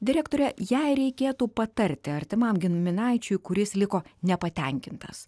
direktore jei reikėtų patarti artimam giminaičiui kuris liko nepatenkintas